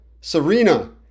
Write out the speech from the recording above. Serena